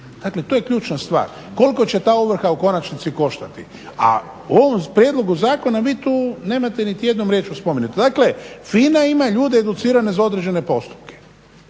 Dakle, to je ključna stvar koliko će ta ovrha u konačnici koštati. A u ovom prijedlogu zakona vi tu nemate niti jednom riječju spomenuto. Dakle FINA ima ljude educirane za određene postupke.